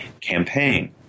campaign